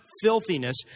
filthiness